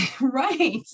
right